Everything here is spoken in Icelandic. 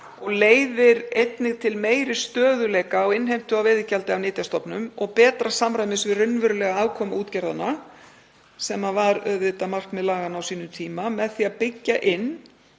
og leiðir einnig til meiri stöðugleika á innheimtu á veiðigjaldi af nytjastofnum og betra samræmis við raunverulega afkomu útgerðanna, sem var auðvitað markmið laganna á sínum tíma, með því að byggja inn